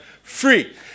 Free